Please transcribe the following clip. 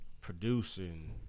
producing